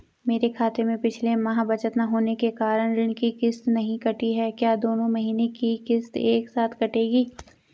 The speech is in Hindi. मेरे खाते में पिछले माह बचत न होने के कारण ऋण की किश्त नहीं कटी है क्या दोनों महीने की किश्त एक साथ कटेगी?